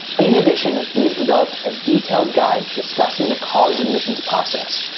in addition, we've developed a detailed guide discussing the college admissions process.